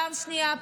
פעם שנייה,